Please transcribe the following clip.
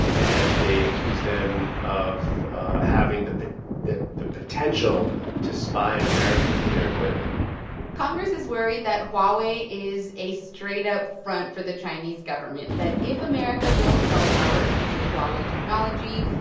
and they accused them of having the the potential to spy on americans with their equipment congress is worried that huawei is a straight-up front for the chinese government that if america builds cell towers using huawei technology,